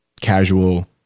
casual